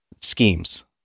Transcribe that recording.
schemes